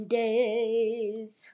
days